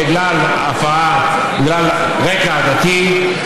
בגלל רקע עדתי,